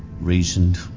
reasoned